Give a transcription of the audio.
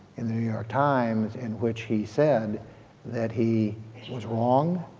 in the new york times in which he said that he was wrong,